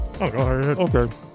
Okay